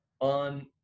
on